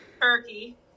turkey